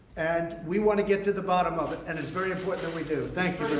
and we want to get to the bottom of it. and it's very important that we do. thank